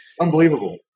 Unbelievable